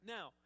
Now